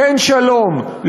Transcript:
כן שלום,